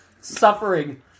Suffering